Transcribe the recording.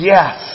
Yes